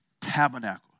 tabernacle